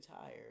tired